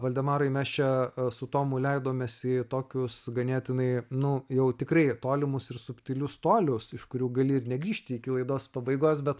valdemarai mes čia su tomu leidomės į tokius ganėtinai nu jau tikrai tolimus ir subtilius tolius iš kurių gali ir negrįžti iki laidos pabaigos bet